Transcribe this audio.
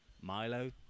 Milo